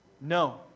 No